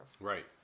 Right